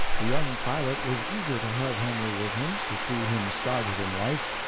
the young pilot was eager to have henry with him to see him started in life.